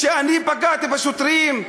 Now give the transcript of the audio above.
שאני פגעתי בשוטרים?